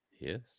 yes